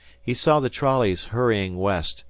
he saw the trolleys hurrying west,